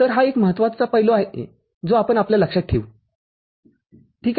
तर हा एक महत्त्वाचा पैलू जो आपण आपल्या लक्षात ठेवू ठीक आहे